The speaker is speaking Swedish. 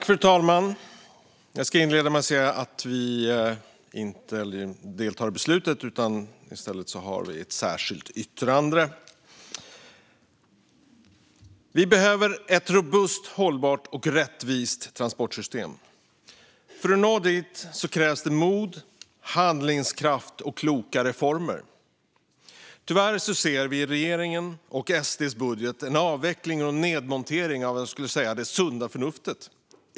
Fru talman! Jag ska inleda med att säga att vi inte deltar i beslutet utan i stället har ett särskilt yttrande. Vi behöver ett robust, hållbart och rättvist transportsystem. För att nå dit krävs mod, handlingskraft och kloka reformer. Tyvärr ser vi i regeringens och SD:s budget en avveckling och en nedmontering av det sunda förnuftet.